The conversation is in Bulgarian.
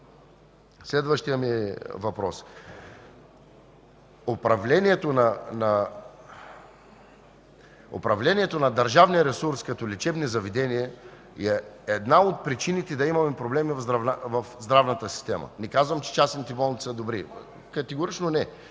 Следващият ми въпрос. Управлението на държавния ресурс като лечебни заведения е една от причините да имаме проблеми в здравната система. Не казвам, че частните болници са добри – категорично не,